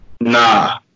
nah